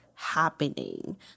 Happening